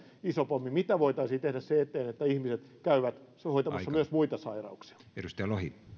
iso pommi mitä voitaisiin tehdä sen eteen että ihmiset käyvät hoitamassa myös muita sairauksiaan